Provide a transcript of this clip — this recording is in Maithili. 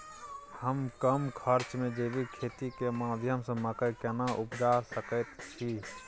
हम कम खर्च में जैविक खेती के माध्यम से मकई केना उपजा सकेत छी?